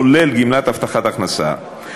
כולל גמלת הבטחת הכנסה,